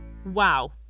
Wow